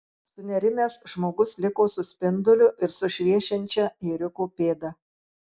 sunerimęs žmogus liko su spinduliu ir su šviečiančia ėriuko pėda